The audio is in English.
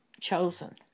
chosen